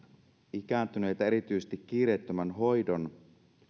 ikääntyneitä erityisesti kiireettömän hoidon